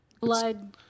Blood